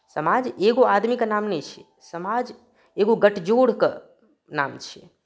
समाज एगो आदमीके नाम नहि छियै समाज एगो गठजोड़के नाम छियै